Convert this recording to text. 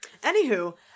Anywho